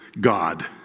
God